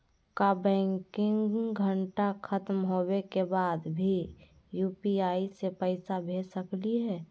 का बैंकिंग घंटा खत्म होवे के बाद भी यू.पी.आई से पैसा भेज सकली हे?